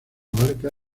abarca